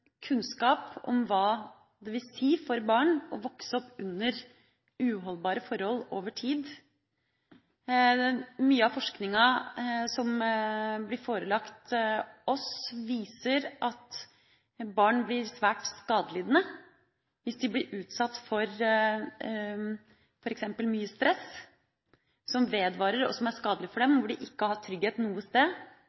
kunnskap om hva det vil si for barn å vokse opp under uholdbare forhold over tid. Mye av forskninga som blir forelagt oss, viser at barn blir svært skadelidende hvis de blir utsatt for f.eks. mye stress som vedvarer. Det er skadelig for dem